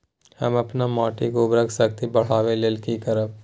हम अपन माटी के उर्वरक शक्ति बढाबै लेल की करब?